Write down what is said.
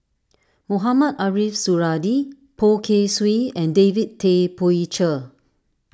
Mohamed Ariff Suradi Poh Kay Swee and David Tay Poey Cher